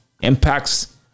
impact's